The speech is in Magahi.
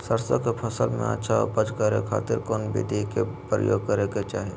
सरसों के फसल में अच्छा उपज करे खातिर कौन विधि के प्रयोग करे के चाही?